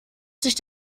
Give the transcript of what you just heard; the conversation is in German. sich